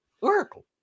Oracle